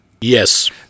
Yes